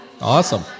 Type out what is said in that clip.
Awesome